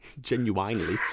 genuinely